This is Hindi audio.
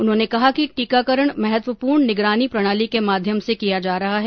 उन्होंने कहा कि टीकाकरण महत्वपूर्ण निगरानी प्रणाली के माध्यम से किया जा रहा है